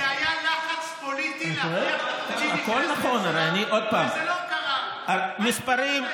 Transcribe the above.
זה היה לחץ פוליטי להכריח את החרדים להיכנס לממשלה וזה לא קרה.